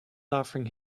offering